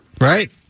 Right